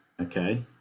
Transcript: Okay